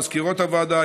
מזכירות הוועדה,